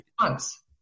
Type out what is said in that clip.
months